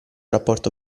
rapporto